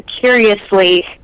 curiously